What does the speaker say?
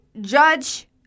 judge